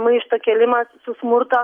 maišto kėlimas su smurto